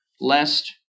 lest